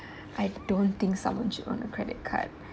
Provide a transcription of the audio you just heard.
I don't think someone should own a credit card